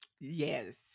Yes